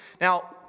Now